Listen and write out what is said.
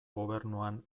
gobernuan